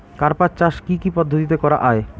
কার্পাস চাষ কী কী পদ্ধতিতে করা য়ায়?